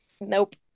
nope